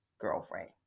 girlfriend